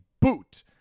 boot